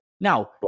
now